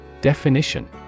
Definition